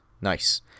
Nice